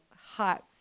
Hot